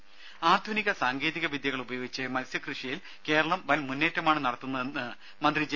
ടെട്ടി ആധുനിക സാങ്കേതിക വിദ്യകൾ ഉപയോഗിച്ച് മത്സ്യകൃഷിയിൽ കേരളം വൻ മുന്നേറ്റമാണ് നടത്തിക്കൊണ്ടിരിക്കുന്നതെന്ന് മന്ത്രി ജെ